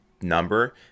number